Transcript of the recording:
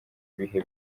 bihe